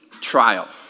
trial